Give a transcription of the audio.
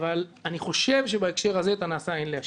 אני חושב שבהקשר הזה את הנעשה אין להשיב.